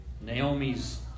Naomi's